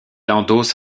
endosse